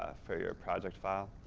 ah for your project file.